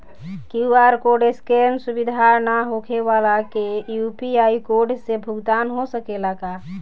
QR code scan सुविधा ना होखे वाला के यू.पी.आई कोड से भुगतान हो सकेला का?